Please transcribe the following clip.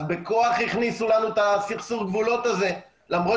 אז בכוח הכניסו לנו את סכסוך הגבולות הזה למרות